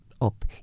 up